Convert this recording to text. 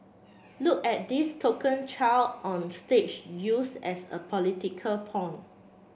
look at this token child on stage used as a political pawn